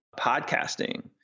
podcasting